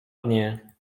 dnie